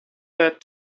that